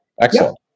Excellent